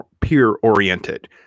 peer-oriented